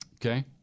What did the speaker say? Okay